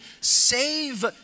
save